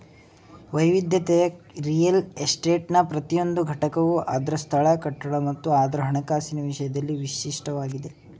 ವೈವಿಧ್ಯತೆಯ ರಿಯಲ್ ಎಸ್ಟೇಟ್ನ ಪ್ರತಿಯೊಂದು ಘಟಕವು ಅದ್ರ ಸ್ಥಳ ಕಟ್ಟಡ ಮತ್ತು ಅದ್ರ ಹಣಕಾಸಿನ ವಿಷಯದಲ್ಲಿ ವಿಶಿಷ್ಟವಾಗಿದಿ